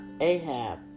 Ahab